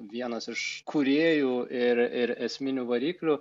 vienas iš kūrėjų ir ir esminių variklių